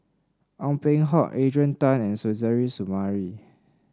Ong Peng Hock Adrian Tan and Suzairhe Sumari